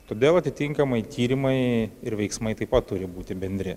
todėl atitinkamai tyrimai ir veiksmai taip pat turi būti bendri